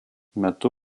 metu